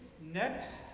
Next